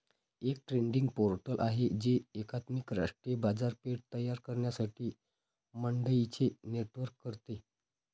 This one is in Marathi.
एक ट्रेडिंग पोर्टल आहे जे एकात्मिक राष्ट्रीय बाजारपेठ तयार करण्यासाठी मंडईंचे नेटवर्क करते